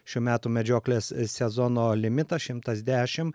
šių metų medžioklės sezono limitas šimtas dešim